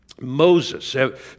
moses